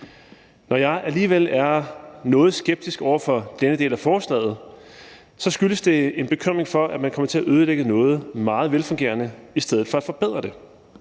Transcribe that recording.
Når jeg alligevel er noget skeptisk over for denne del af forslaget, skyldes det en bekymring for, at man kommer til at ødelægge noget meget velfungerende i stedet for at forbedre det.